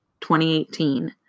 2018